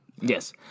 Yes